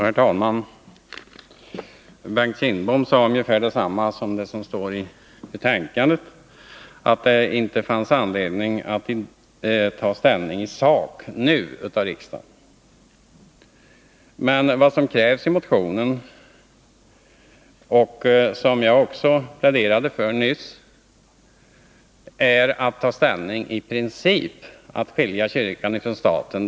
Herr talman! Bengt Kindbom sade ungefär detsamma som står i utskottsbetänkandet, nämligen att det inte finns anledning för riksdagen att ta ställning i sak. Men vad som krävs i vår motion är att riksdagen — och det pläderade jag för nyss — skall ta ställning i princip till att skilja kyrkan från staten.